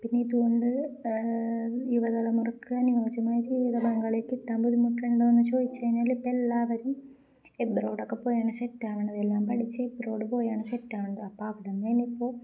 പിന്നെ ഇതുകൊണ്ട് യുവതലമുറക്ക് അനുയോജമായ ജീവിത പങ്കി കിട്ടാൻ ബുദ്ധിമുട്ടുണ്ടോന്ന് ചോദച്ച് കഴിഞ്ഞാാല ഇപ്പ എല്ലാവരും എവരോടൊക്കെ പോയാണ് സെറ്റാവണത എല്ലാം പഠിച്ച് എവരോട് പോയാണ് സെറ്റാവണത് അപ്പ അവിടന്നേനി ഇപ്പോ